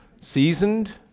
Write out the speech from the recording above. seasoned